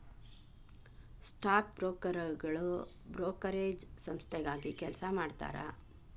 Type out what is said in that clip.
stock ಬ್ರೋಕರ್ಗಳು brokerage ಸಂಸ್ಥೆಗಾಗಿ ಕೆಲಸ ಮಾಡತಾರಾ